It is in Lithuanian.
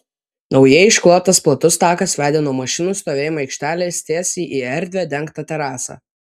naujai išklotas platus takas vedė nuo mašinų stovėjimo aikštelės tiesiai į erdvią dengtą terasą